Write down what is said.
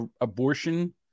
abortion